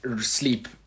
sleep